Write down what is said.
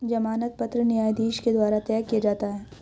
जमानत पत्र न्यायाधीश के द्वारा तय किया जाता है